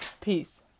Peace